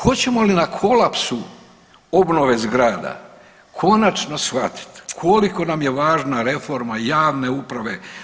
Hoćemo li na kolapsu obnove zgrada konačno shvatiti koliko nam je važna reforma javne uprave?